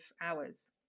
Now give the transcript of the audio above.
hours